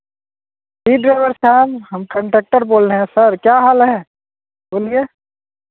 जी driver साहब हम conductor बोल रहे हैं सर क्या हाल है बोलिए